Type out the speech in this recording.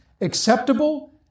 acceptable